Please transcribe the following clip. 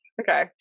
Okay